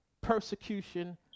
persecution